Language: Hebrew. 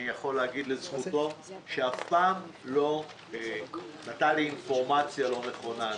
אני יכול להגיד לזכותו שהוא אף פעם לא נתן לי אינפורמציה לא נכונה.